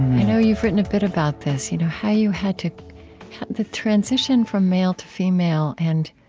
i know you've written a bit about this you know how you had to the transition from male to female and